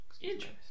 interesting